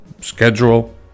schedule